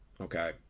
Okay